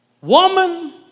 woman